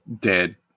dead